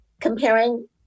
Comparing